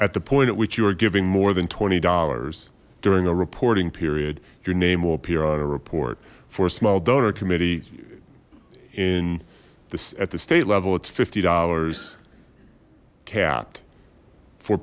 at the point at which you are giving more than twenty dollars during a reporting period your name will appear on a report for a small donor committee in this at the state level it's fifty dollars